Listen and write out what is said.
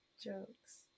Jokes